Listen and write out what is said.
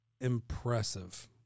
impressive